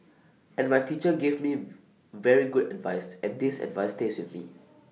and my teacher gave me very good advice and this advice stays with me